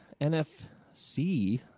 NFC